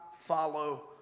follow